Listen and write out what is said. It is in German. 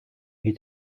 geht